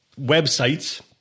websites